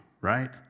right